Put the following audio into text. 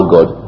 God